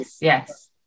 yes